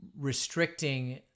restricting